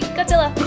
Godzilla